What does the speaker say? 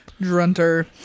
Drunter